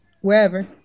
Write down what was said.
wherever